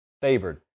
favored